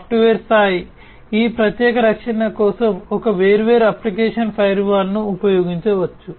software స్థాయి ఈ ప్రత్యేక రక్షణ కోసం ఒకరు వేర్వేరు అప్లికేషన్ ఫైర్వాల్లను ఉపయోగించవచ్చు